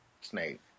Snake